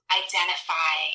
identify